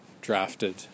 Drafted